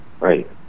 Right